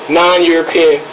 non-European